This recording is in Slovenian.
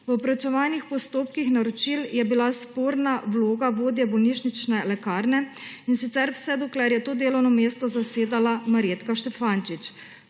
V proučevanih postopkih naročil je bila sporna vloga vodje bolnišnice lekarne, in sicer vse dokler je to delovno mesto zasedala Marjetka Štefančič.